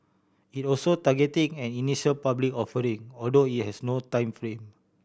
it also targeting an initial public offering although it has no time frame